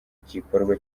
gikorwa